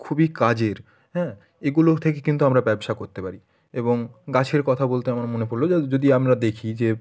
খুবই কাজের হ্যাঁ এগুলো থেকে কিন্তু আমরা ব্যবসা করতে পারি এবং গাছের কথা বলতে আমার মনে পড়ল যে যদি আমরা দেখি যে